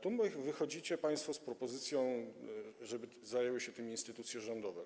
Tu wychodzicie państwo z propozycją, żeby zajęły się tym instytucje rządowe.